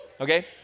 okay